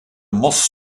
mos